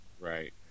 Right